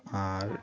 আর